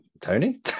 Tony